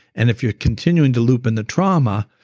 and if you're continuing to loop in the trauma,